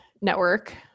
network